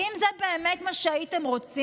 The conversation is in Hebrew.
כי אם זה באמת מה שהייתם רוצים,